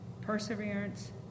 perseverance